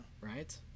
Right